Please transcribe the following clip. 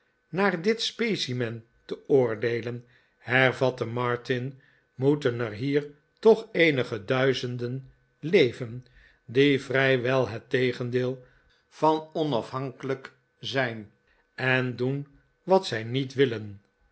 naar dit specimen te oordeelen hervatte martin moeten er hier toch eenige duizenden leven die vrijwel het tegendeel van onafhankelijk zijn en doen wat zij niet willen